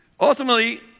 ultimately